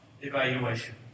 evaluation